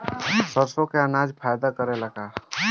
सरसो के अनाज फायदा करेला का करी?